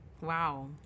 Wow